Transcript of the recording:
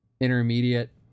intermediate